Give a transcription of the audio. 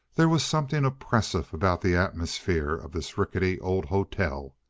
there was something oppressive about the atmosphere of this rickety old hotel.